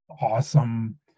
awesome